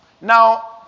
Now